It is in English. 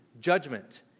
judgment